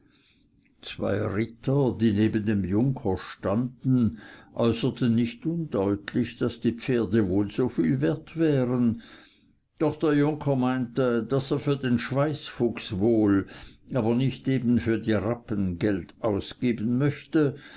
zwei ritter die neben dem junker standen äußerten nicht undeutlich daß die pferde wohl so viel wert wären doch der junker meinte daß er für den schweißfuchs wohl aber nicht eben für die rappen geld ausgeben möchte